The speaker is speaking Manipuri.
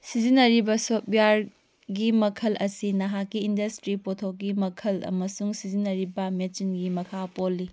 ꯁꯤꯖꯤꯟꯅꯔꯤꯕ ꯁꯣꯞꯋꯥꯌꯥꯔꯒꯤ ꯃꯈꯜ ꯑꯁꯤ ꯅꯍꯥꯛꯀꯤ ꯏꯟꯗꯁꯇ꯭ꯔꯤ ꯄꯣꯊꯣꯛꯀꯤ ꯃꯈꯜ ꯑꯃꯁꯨꯡ ꯁꯤꯖꯤꯟꯅꯔꯤꯕ ꯃꯦꯆꯤꯟꯒꯤ ꯃꯈꯥ ꯄꯣꯜꯂꯤ